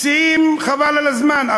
שיאים חבל על הזמן.